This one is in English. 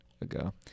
ago